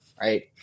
right